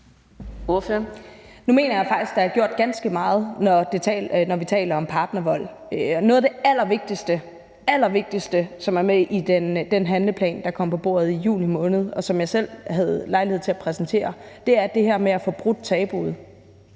Nu mener jeg faktisk, der er gjort ganske meget, når vi taler om partnervold. Og noget af det allervigtigste – allervigtigste – som er med i den handleplan, der kom på bordet i juni måned, og som jeg selv havde lejlighed til at præsentere, er det her med at få brudt tabuet.